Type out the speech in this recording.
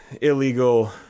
illegal